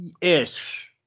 ish